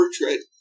portrait